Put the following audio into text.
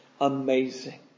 amazing